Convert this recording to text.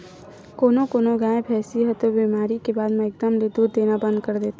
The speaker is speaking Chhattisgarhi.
कोनो कोनो गाय, भइसी ह तो बेमारी के बाद म एकदम ले दूद देना बंद कर देथे